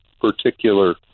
particular